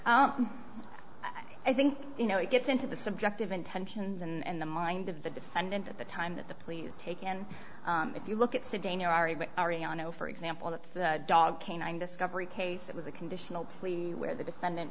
i think you know it gets into the subjective intentions and the mind of the defendant at the time that the please take and if you look at for example the dog canine discovery case it was a conditional plea where the defendant